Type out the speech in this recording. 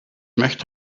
möchte